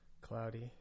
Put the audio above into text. Cloudy